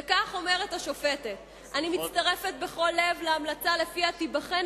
וכך אומרת השופטת: אני מצטרפת בכל לב להמלצה שלפיה תיבחן